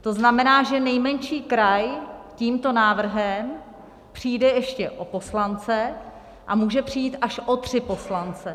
To znamená, že nejmenší kraj tímto návrhem přijde ještě o poslance a může přijít až o tři poslance.